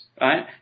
right